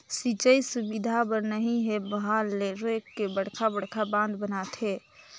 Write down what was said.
सिंचई सुबिधा बर नही के बहाल ल रोयक के बड़खा बड़खा बांध बनाथे